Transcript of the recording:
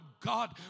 God